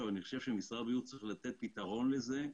אבל אני חושב שמשרד הבריאות צריך לתת לזה פתרון.